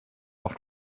oft